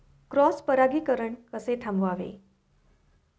Cross परागीकरण कसे थांबवावे?